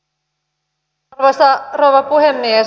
arvoisa rouva puhemies